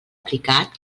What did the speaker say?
aplicat